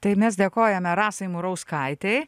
tai mes dėkojame rasai murauskaitei